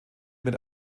mit